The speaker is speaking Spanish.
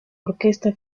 orquesta